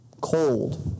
cold